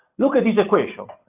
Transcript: look at this equation.